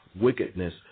wickedness